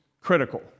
critical